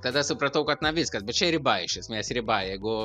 tada supratau kad na viskas bet čia riba iš esmės riba jeigu